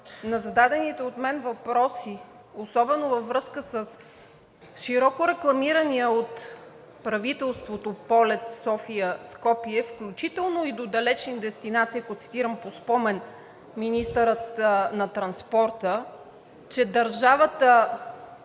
на зададените от мен въпроси, особено във връзка с широко рекламирания от правителството полет София – Скопие, включително и до далечни дестинации, ако цитирам по спомен министъра на транспорта, държавата